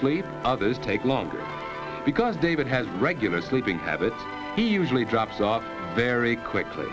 sleep others take longer because david has regular sleeping habits he usually drops off very quickly